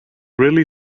really